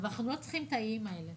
אבל אנחנו לא צריכים את האיים האלה